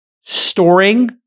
Storing